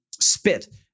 Spit